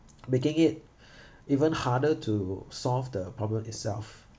making it even harder to solve the problem itself